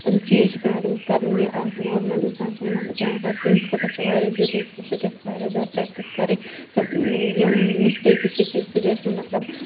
تٕم چیٖز چھِ پیوان تٔمِس کَرٕنۍ کہِ اکھ نارمَل اِنسان چھُنہٕ مطلب پیٚوان کَرُن تٔمِس خٲطرٕ چھُ واریاہ ضروٗری کہِ سُہ گژھِ واریاہ زیادٕ پریکٹِس کَرٕنۍ تہٕ یِم مِسٹیکٕس چھِ یہِ کہِ سۄ گژھِ نہٕ مطلب